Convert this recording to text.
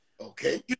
Okay